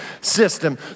system